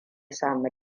samu